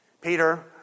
Peter